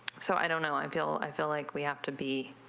so i don't know i um feel i feel like we have to be.